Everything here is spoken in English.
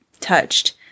Touched